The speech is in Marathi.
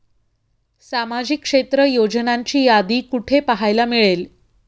सामाजिक क्षेत्र योजनांची यादी कुठे पाहायला मिळेल?